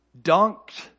Dunked